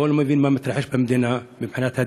או שהוא לא מבין מה מתרחש במדינה מבחינת הדירות,